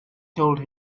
told